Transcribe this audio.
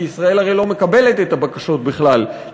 כי ישראל הרי לא מקבלת את הבקשות למעמד